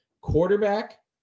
quarterback